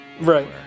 Right